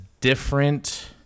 different